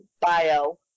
bio